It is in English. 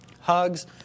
Hugs